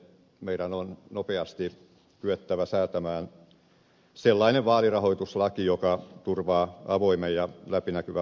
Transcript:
meidän on nopeasti kyettävä säätämään sellainen vaalirahoituslaki joka turvaa avoimen ja läpinäkyvän vaali ja puoluerahoituksen